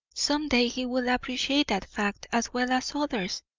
some day he will appreciate that fact as well as others.